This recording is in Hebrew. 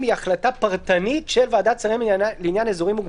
הפרמטרים שעליהם הסתמכה הממשלה או